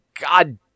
god